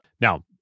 Now